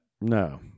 No